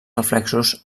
reflexos